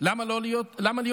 למה להיות דורסני?